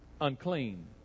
unclean